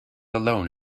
alone